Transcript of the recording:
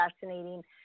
fascinating